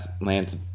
Lance